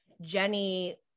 Jenny